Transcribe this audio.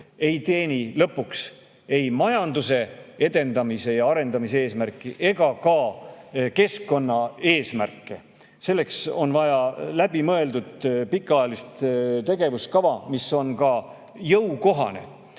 ei teeni lõpuks ei majanduse edendamise ja arendamise eesmärki ega ka keskkonnaeesmärke. Selleks on vaja läbi mõeldud pikaajalist tegevuskava, mis on ka jõukohane.